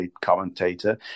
commentator